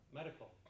medical